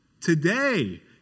today